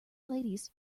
ladies